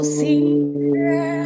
see